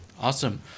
Awesome